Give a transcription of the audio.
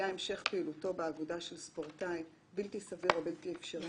"(ב3)היה המשך פעילותו באגודה של ספורטאי בלתי סביר או בלתי אפשרי,